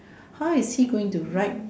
how is he going to write